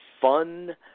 fun